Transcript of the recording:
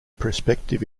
prospective